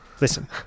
Listen